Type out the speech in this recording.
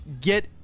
get